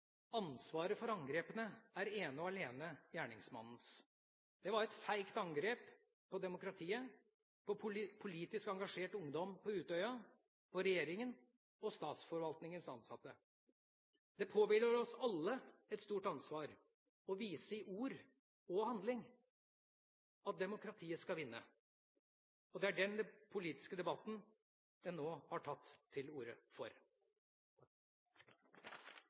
Ansvaret for angrepene er ene og alene gjerningsmannens. Det var et feigt angrep på demokratiet, på politisk engasjert ungdom på Utøya, på regjeringa og statsforvaltningens ansatte. Det påhviler oss alle et stort ansvar å vise i ord og handling: at demokratiet skal vinne. Det er den politiske debatten jeg nå har tatt til orde for.